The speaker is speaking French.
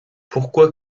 pourquoi